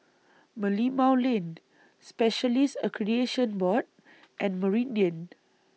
Merlimau Lane Specialists Accreditation Board and Meridian